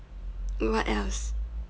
what else